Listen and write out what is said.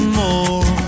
more